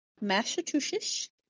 Massachusetts